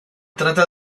trata